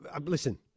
listen